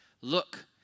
look